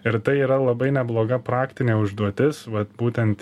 ir tai yra labai nebloga praktinė užduotis vat būtent